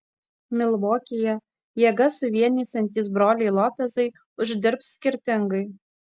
milvokyje jėgas suvienysiantys broliai lopezai uždirbs skirtingai